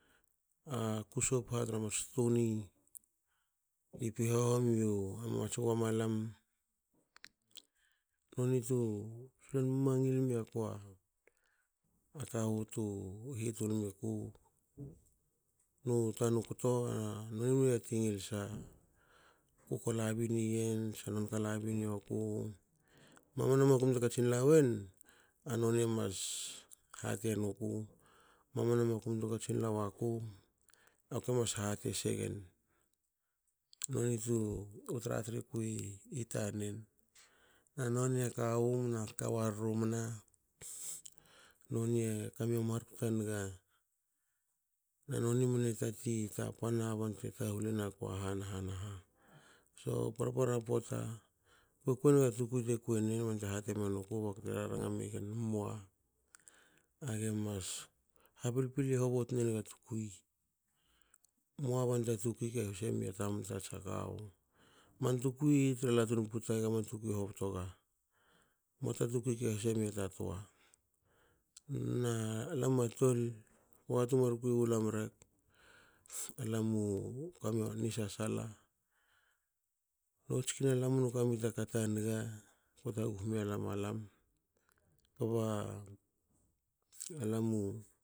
Aku sop ha tra mats ttuni pipi homi mats goma lam noni tu solon mangil miku a kawu tu hitul miku. nu tanu kto aku ko labin iyen tsa non ka labin iyoku. mamana makum te katsin la wen a noni ms hatin nuku mamanu makum te katsin la wuku aku mas hati se gen. Noni tu tra- triku i tanen na noni u kawu mna kawu a rrumna. noni e kami a markoto a niga na noni mene tati tapana bante tahul enuku tra ha na ha na ha so, par- para pota ko kuin a tukui te kui nig ba non te hate menuku baku te hati me gen "emoa. aga mas ha pil pilin hovoto ga tukui. mua ban tu tukui ke huse mi a tamta tsa kawu. man tukui tra latun puta gaman tukui hobto ga. muata tua ke huse mi ta toa." na lam a tol. pota tu mar kui walam rek alamu kami ani sasala notsikina lam munu kami taka ta niga ko taguhu mialam alam kba a lamu